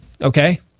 okay